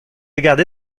gardé